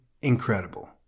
incredible